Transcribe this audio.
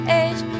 age